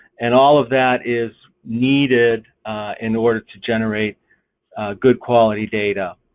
and all of that is needed in order to generate a good quality data.